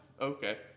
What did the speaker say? Okay